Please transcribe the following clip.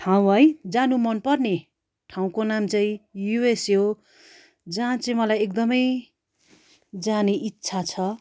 ठाउँ है जानु मन पर्ने ठाउँको नाम चाहिँ युएसए हो जहाँ चाहिँ मलाई एकदम जाने इच्छा छ